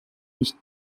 nicht